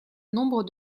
nombre